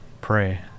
pray